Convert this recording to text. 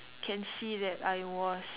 can see that I was